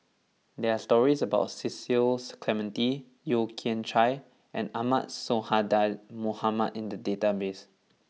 there are stories about Cecil Clementi Yeo Kian Chai and Ahmad Sonhadji Mohamad in the database